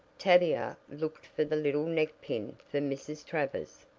tavila looked for the little neck pin for mrs. travers.